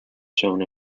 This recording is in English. shown